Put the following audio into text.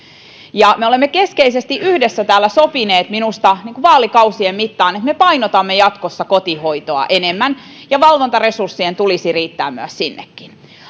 me olemme keskeisesti yhdessä täällä minusta sopineet vaalikausien mittaan että me painotamme jatkossa kotihoitoa enemmän ja valvontaresurssien tulisi riittää myös sinnekin